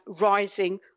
rising